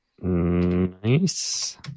Nice